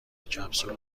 کپسول